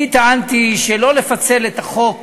אני טענתי שאין לפצל את החוק